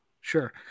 Sure